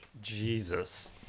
Jesus